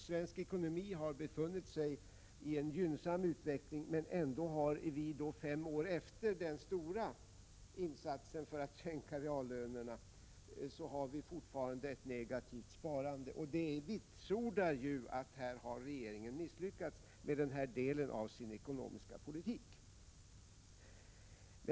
Svensk ekonomi har befunnit sig i en gynnsam utveckling, men ändå ser vi — fem år efter den stora insatsen för att sänka reallönerna — ett negativt sparande. Det bekräftar ju att regeringen har misslyckats med den här delen av sin ekonomiska politik.